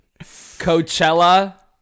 Coachella